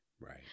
Right